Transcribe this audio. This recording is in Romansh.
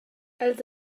els